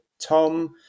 Tom